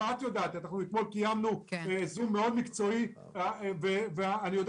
אתמול קיימנו דיון מאוד מקצועי ואני יודע